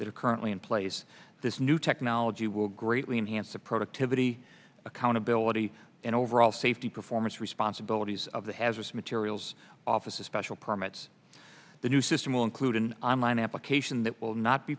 that are currently in place this new technology will greatly enhance the productivity accountability and overall safety performance responsibilities of the hazardous materials office of special permits the new system will include an online application that will not be